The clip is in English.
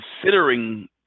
considering